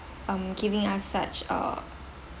um giving us such a